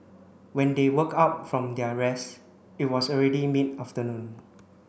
when they woke up from their rest it was already mid afternoon